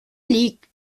liegt